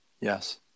Yes